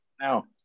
Now